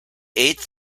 eighth